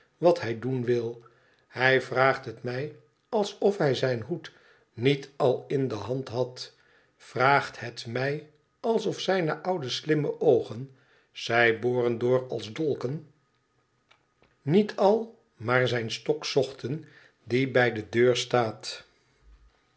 wat hij doen wil hij vraagt het mij alsof hij zijn hoed niet al in de hand had vraagt het mij alsof zijne oude slimme oogen zij boren door als dolken niet al maar zijn stok zochten die bij de deur staat